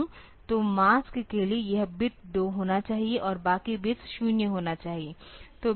तो मास्क के लिए यह बिट 2 होना चाहिए और बाकी बिट्स 0 होना चाहिए